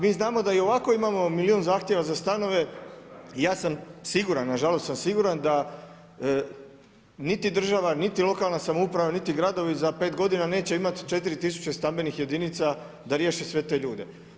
Mi znamo da i ovako imamo milijun zahtjeva za stanove i ja sam siguran, nažalost sam siguran da niti države, niti lokalna samouprava, niti gradovi za pet godina neće imati 4 tisuće stambenih jedinica da riješi sve te ljudi.